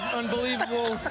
unbelievable